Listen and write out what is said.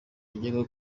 yajyaga